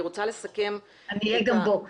אני צריכה לסכם את הדיון הזה.